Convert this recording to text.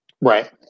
Right